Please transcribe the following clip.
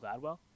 Gladwell